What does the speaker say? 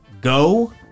Go